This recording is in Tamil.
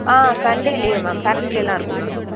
ஆ சண்டே லீவு மேம் சேட்டர்டேலாம் இருக்கும் மேம்